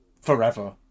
forever